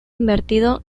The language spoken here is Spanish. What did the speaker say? invertido